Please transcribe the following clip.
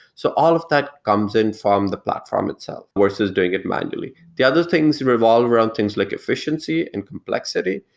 so all of that comes in from the platform itself, versus doing it manually. the other things revolve around things like efficiency and complexity.